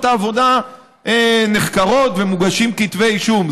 העבודה נחקרות ומוגשים כתבי אישום.